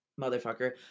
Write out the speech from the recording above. motherfucker